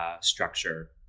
structure